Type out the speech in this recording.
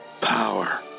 Power